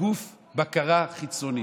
גוף בקרה חיצוני.